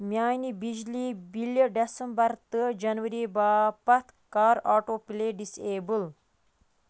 میٛانہِ بِجلی بِلہِ ڈٮ۪سمبر تہٕ جنؤری باپتھ کَر آٹو پٕلے ڈِسیبل